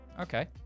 Okay